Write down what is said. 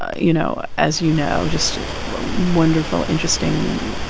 you know, as you know, just a wonderful, interesting,